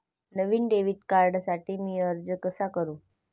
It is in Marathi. नवीन डेबिट कार्डसाठी मी अर्ज कसा करू?